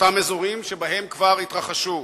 אותם אזורים שבהם כבר התרחשו.